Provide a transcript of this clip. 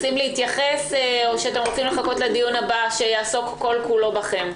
רוצים להתייחס או שאתם רוצים לחכות לדיון הבא שיעסוק כל כולו בכם?